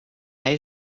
hij